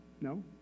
No